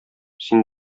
син